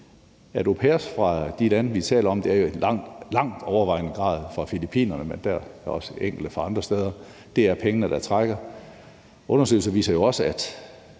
for au pairer fra de lande, vi taler om – de er jo i langt overvejende grad fra Filippinerne, men der er også enkelte fra andre steder – er pengene, der trækker. Undersøgelser viser jo også, at